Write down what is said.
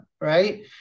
right